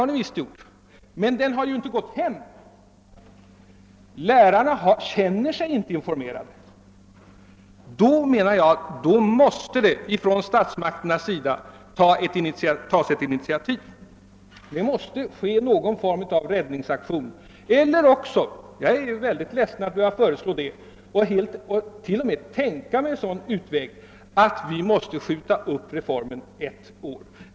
Jag vill inte skrämma vare sig föräldrar eller lärare, men jag tycker att när något har gått på tok måste statsmakterna ta ett initiativ för att genomföra någon form av räddningsaktion. Eller också — jag är ledsen över att behöva föreslå det och att ens behöva tänka mig en sådan utväg — måste vi skjuta upp reformen ett år.